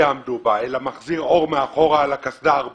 אז מתנאל שרועי חסאן לא